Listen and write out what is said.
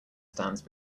stands